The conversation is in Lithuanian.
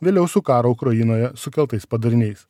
vėliau su karo ukrainoje sukeltais padariniais